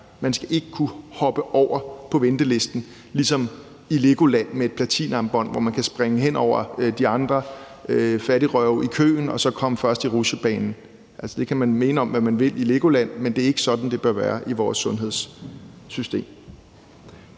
skal kunne hoppe over på ventelisten, hvor man kan springe hen over de andre fattigrøve i køen og så komme først i rutsjebanen. Det kan man mene om hvad man vil i LEGOLAND, men det er ikke sådan, det bør være i vores sundhedssystem.